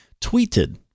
tweeted